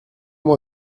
moi